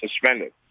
suspended